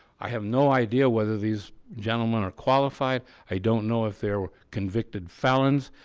i have no idea whether these gentlemen are qualified i don't know if they're convicted felons.